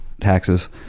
taxes